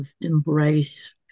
embrace